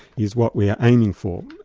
is what we are aiming for.